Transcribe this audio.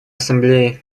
ассамблеи